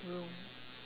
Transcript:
room